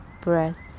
breaths